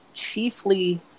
Chiefly